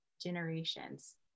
generations